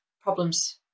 problems